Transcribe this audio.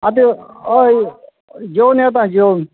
आतां हय जेवन येता जेवन